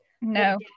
no